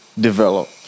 develop